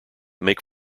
make